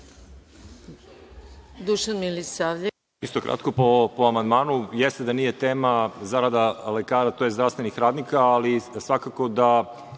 **Dušan Milisavljević** Isto kratko, po amandmanu. Jeste da nije tema zarada lekara tj. zdravstvenih radnika, ali svakako da